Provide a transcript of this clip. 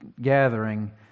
gathering